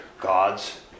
God's